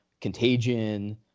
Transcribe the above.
contagion